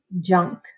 junk